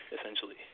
essentially